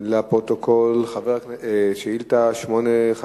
תש"ע (17 במרס 2010): ב-25